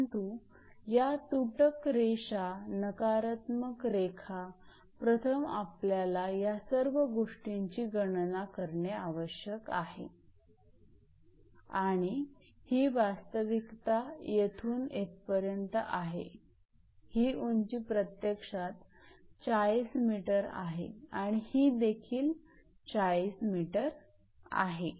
परंतु या तुटक रेषा नकारात्मक रेखा प्रथम आपल्याला या सर्व गोष्टींची गणना करणे आवश्यक आहे आणि ही वास्तविकता येथून येथपर्यंत आहे ही उंची प्रत्यक्षात 40m आहे आणि ही देखील 40m आहे